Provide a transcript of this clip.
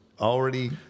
already